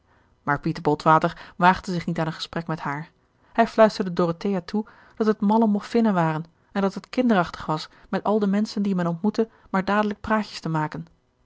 maar pieter botwater waagde zich niet aan een gesprek met haar hij fluisterde dorothea toe dat het malle moffinnen waren en dat het kinderachtig was met al de menschen die men ontmoette maar dadelijk praatjes te maken